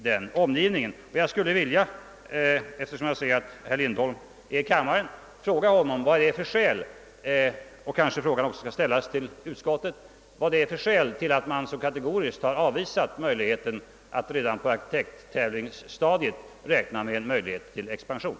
Jag vill till utskottet och till herr Lindholm, eftersom jag ser att han är närvarande i kammaren, ställa frågan av vilka skäl man så kategoriskt avvisat möjligheterna att redan på arkitekttävlingsstadiet räkna med utrymmen för en expansion.